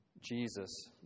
Jesus